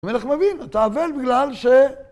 המלך מבין, אתה אבל בגלל ש...